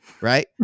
right